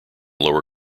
lower